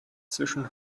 zwischen